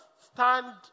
stand